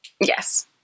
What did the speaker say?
Yes